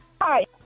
Hi